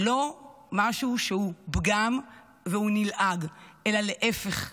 לא משהו שהוא פגם והוא נלעג, אלא להפך,